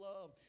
love